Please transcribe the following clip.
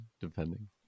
depending